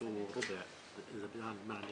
הישיבה ננעלה